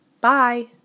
Bye